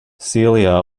celia